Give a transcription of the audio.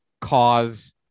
cause